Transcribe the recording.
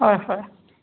হয় হয়